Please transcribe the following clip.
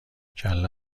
کله